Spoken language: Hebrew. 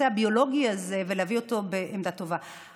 הביולוגי הזה ולהביא אותו בעמדה טובה.